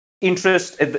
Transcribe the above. interest